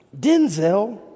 Denzel